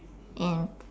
and